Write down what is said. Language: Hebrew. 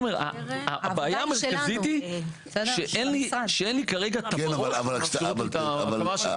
הבעיה המרכזית היא שאין לי כרגע את ה --- שמפעילות את ההקמה.